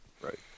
Right